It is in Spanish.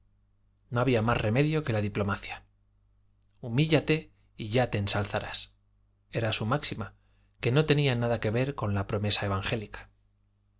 no había más remedio que la diplomacia humíllate y ya te ensalzarás era su máxima que no tenía nada que ver con la promesa evangélica